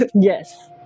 yes